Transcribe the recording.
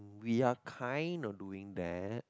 we are kind on doing that